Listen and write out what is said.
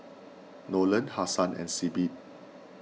Nolen Hassan and Sibbie